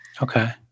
Okay